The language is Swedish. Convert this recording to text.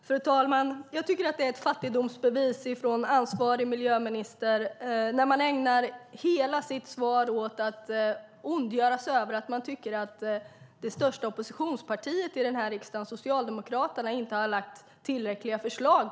Fru talman! Det är ett fattigdomsbevis från ansvarig miljöminister när hon ägnar hela sitt inlägg åt att ondgöra sig över att det största oppositionspartiet i riksdagen, Socialdemokraterna, enligt henne inte har lagt fram tillräckliga förslag.